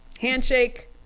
Handshake